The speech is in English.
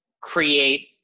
create